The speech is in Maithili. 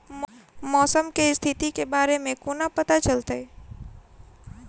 मौसम केँ स्थिति केँ बारे मे कोना पत्ता चलितै?